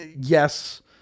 Yes